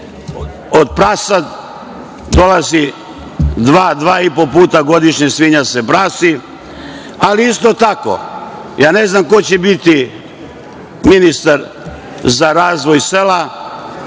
Od prasadi dolazi dva, dva i po puta godišnje se svinja prasi. Ali, isto tako, ja ne znam ko će biti ministar za razvoj sela,